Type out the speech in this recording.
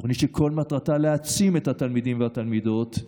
תוכנית שכל מטרתה להעצים את התלמידים והתלמידות,